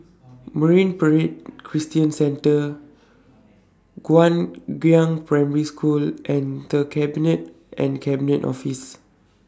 Marine Parade Christian Centre Guangyang Primary School and The Cabinet and Cabinet Office